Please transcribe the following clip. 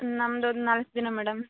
ನಮ್ದು ಒಂದು ನಾಲ್ಕು ಜನ ಮೇಡಮ್